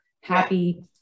happy